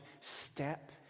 step